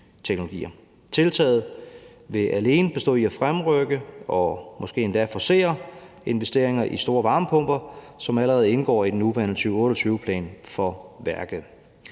Tiltaget vil alene bestå i at fremrykke og måske endda forcere investeringer i store varmepumper, som allerede indgår i den nuværende 2028-plan for værket.